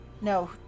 No